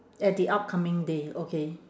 at the upcoming day okay